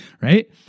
Right